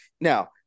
Now